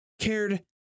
cared